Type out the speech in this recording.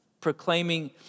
proclaiming